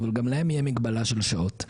אבל גם להן תהיה מגבלה של שעות.